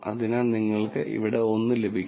അതിനാൽ നിങ്ങൾക്ക് ഇവിടെ 1 ലഭിക്കും